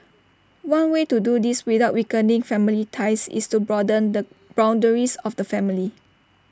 one way to do this without weakening family ties is to broaden the boundaries of the family